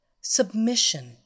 Submission